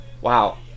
Wow